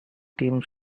teams